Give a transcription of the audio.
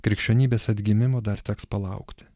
krikščionybės atgimimo dar teks palaukti